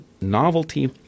Novelty